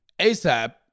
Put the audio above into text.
ASAP